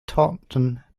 taunton